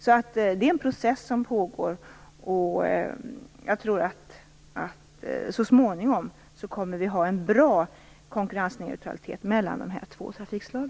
Det är en process som pågår. Jag tror att vi så småningom kommer att ha en bra konkurrensneutralitet mellan dessa två trafikslag.